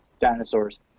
Dinosaurs